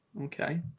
Okay